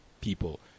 people